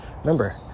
remember